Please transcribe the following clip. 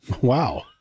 Wow